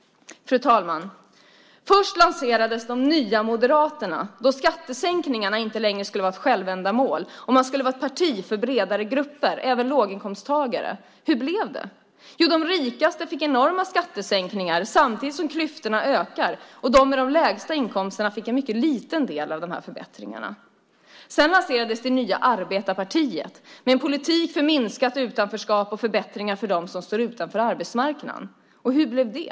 Fru talman! Först lanserades Nya moderaterna, då skattesänkningarna inte längre skulle vara ett självändamål och man skulle vara ett parti för bredare grupper - även låginkomsttagare. Hur blev det? Jo, de rikaste fick enorma skattesänkningar samtidigt som klyftorna ökar, och de med de lägsta inkomsterna fick en mycket liten del av de här förbättringarna. Sedan lanserades det nya arbetarpartiet, med en politik för minskat utanförskap och förbättringar för dem som står utanför arbetsmarknaden. Och hur blev det?